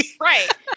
Right